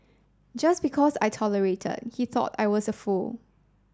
just because I tolerated he thought I was a fool